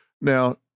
Now